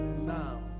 now